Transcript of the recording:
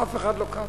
אף אחד לא קם.